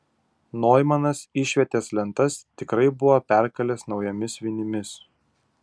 noimanas išvietės lentas tikrai buvo perkalęs naujomis vinimis